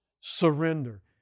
surrender